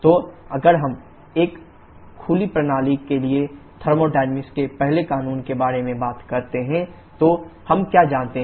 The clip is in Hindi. तो अगर हम एक खुली प्रणाली के लिए थर्मोडायनामिक्स के पहले कानून के बारे में बात करते हैं तो हम क्या जानते हैं